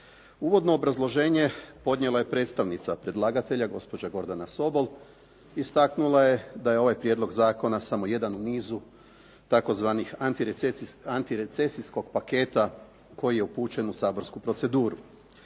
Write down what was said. Uvodno obrazloženje podnijela je predstavnika predlagatelja, gospođa Gordana Sobol. Istaknula je da je ovaj prijedlog zakona samo jedan u nizu tzv. antirecesijskog paketa koji je upućen u saborsku proceduru.